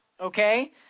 Okay